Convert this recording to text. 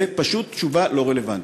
זו פשוט תשובה לא רלוונטית.